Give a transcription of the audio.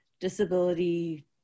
disability